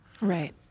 Right